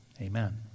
Amen